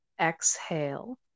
Exhale